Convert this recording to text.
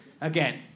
again